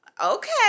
Okay